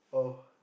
oh